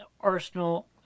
Arsenal